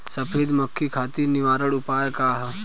सफेद मक्खी खातिर निवारक उपाय का ह?